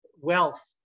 wealth